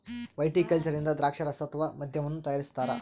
viticulture ಇಂದ ದ್ರಾಕ್ಷಾರಸ ಅಥವಾ ಮದ್ಯವನ್ನು ತಯಾರಿಸ್ತಾರ